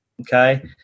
Okay